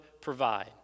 provide